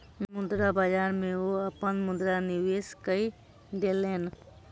मुद्रा बाजार में ओ अपन मुद्रा निवेश कय देलैन